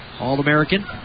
All-American